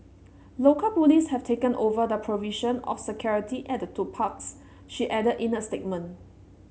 local police have taken over the provision of security at the two parks she added in a statement